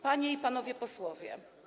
Panie i Panowie Posłowie!